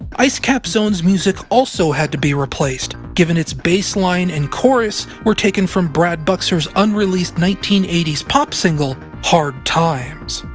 icecap zone's music also had to be replaced, given its bassline and chorus were taken from brad buxer's unreleased nineteen eighty s pop single, hard times.